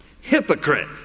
Hypocrite